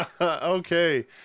Okay